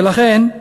ולכן,